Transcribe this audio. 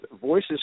Voices